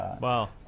Wow